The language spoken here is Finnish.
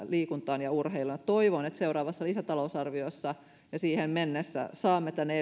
liikuntaan ja urheiluun ja toivon että seuraavassa lisätalousarviossa ja siihen mennessä saamme tänne